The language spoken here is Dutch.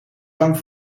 bang